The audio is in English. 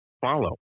follow